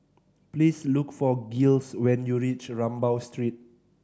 please look for Giles when you reach Rambau Street